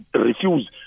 refuse